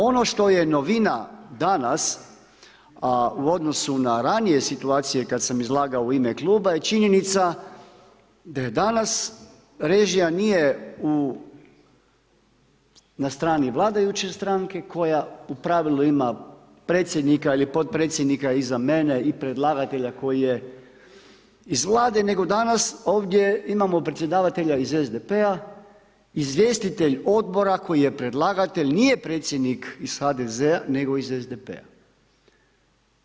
Ono što je novina danas u odnosu na ranije situacije kad sam izlagao u ime kluba, je činjenica da danas režija nije na strani vladajuće stranke, koja u pravilu ima predsjednika ili potpredsjednika iza mene i predlagatelja koji je iz Vlade, nego danas ovdje imamo predsjedavatelja iz SDP-a izvjestitelj odbora, koji je predlagatelj, nije predsjednik iz HDZ-a nego iz SDP-a.